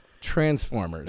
Transformers